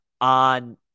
on